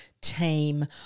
team